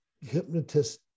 hypnotist